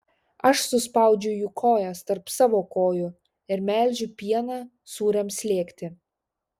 aš suspaudžiu jų kojas tarp savo kojų ir melžiu pieną sūriams slėgti